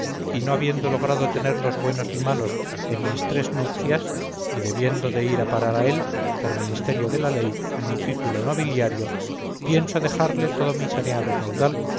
y no habiendo logrado tenerlos buenos ni malos en mis tres nupcias y debiendo de ir a parar a él por ministerio de la ley mi título nobiliario pienso dejarle todo mi saneado caudal